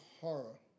horror